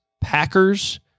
Packers